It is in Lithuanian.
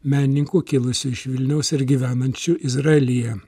menininko kilusio iš vilniaus ir gyvenančiu izraelyje